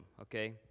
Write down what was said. okay